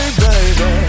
baby